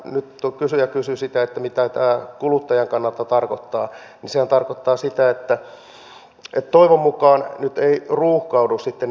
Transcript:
nyt kun kysyjä kysyi sitä mitä tämä kuluttajan kannalta tarkoittaa niin sehän tarkoittaa sitä että toivon mukaan nyt eivät ruuhkaudu sitten nämä käsittelyt